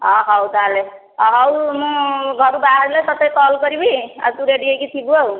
ଅ ହଉ ତାହେଲେ ହଉ ମୁଁ ଘରୁ ବାହାରିଲେ ତୋତେ କଲ୍ କରିବି ଆଉ ତୁ ରେଡି ହେଇକି ଥିବୁ ଆଉ